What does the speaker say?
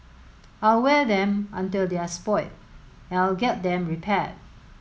I'll wear them until they're spoilt and I'll get them repaired